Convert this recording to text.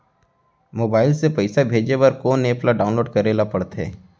Mobile से पइसा भेजे बर कोन एप ल डाऊनलोड करे ला पड़थे?